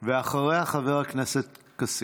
אחריה, חבר הכנסת כסיף.